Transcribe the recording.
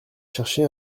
chercher